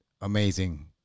amazing